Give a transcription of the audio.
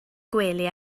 gwely